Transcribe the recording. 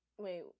wait